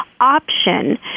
option